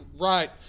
Right